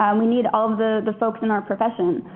and we need all the the folks in our profession.